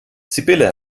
sibylle